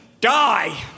die